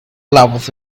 loveth